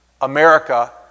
America